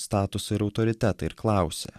statusą ir autoritetą ir klausė